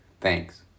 Thanks